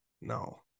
No